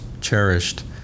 cherished